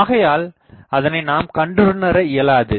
ஆகையால் அதனை நாம் கண்டுணர இயலாது